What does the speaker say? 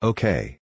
Okay